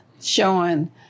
Showing